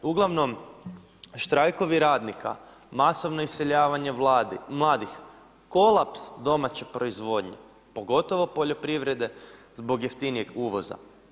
Uglavnom štrajkovi radnika, masovno iseljavanje mladih, kolaps domaće proizvodnje pogotovo poljoprivrede zbog jeftinijeg uvoza.